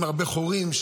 עם הרבה חורים,